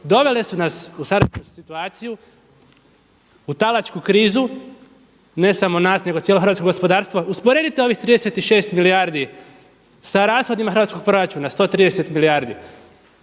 dovele su nas u sadašnju situaciju, u talačku krizu ne samo nas nego cijelo hrvatsko gospodarstvo. Usporedite ovih 36 milijardi sa rashodima hrvatskog proračuna 130 milijardi,